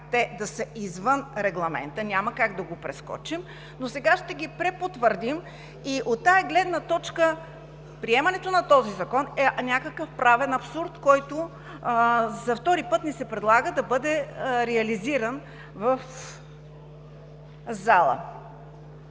те да са извън регламента, няма как да го прескочим, но сега ще ги препотвърдим. От тази гледна точка приемането на този закон е някакъв правен абсурд, който за втори път ни се предлага да бъде реализиран в залата.